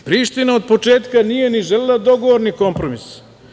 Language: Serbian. Priština od početka nije ni želela ni dogovor ni kompromis.